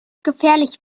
gefährlich